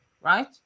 right